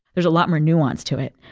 there's a lot more nuance to it.